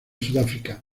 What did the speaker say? sudáfrica